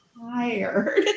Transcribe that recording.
tired